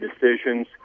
decisions